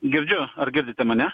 girdžiu ar girdite mane